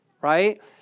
right